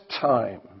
time